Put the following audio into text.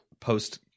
post